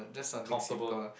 comfortable